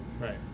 Right